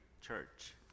church